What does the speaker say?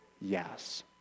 Yes